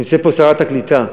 נמצאת פה שרת הקליטה,